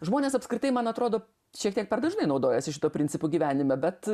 žmonės apskritai man atrodo šiek tiek per dažnai naudojasi šituo principu gyvenime bet